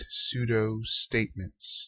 pseudo-statements